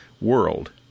world